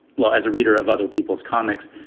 well, as a reader of other people's comics,